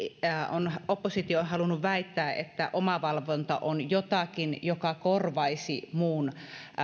oppositio on halunnut väittää että omavalvonta on jotakin joka korvaisi muun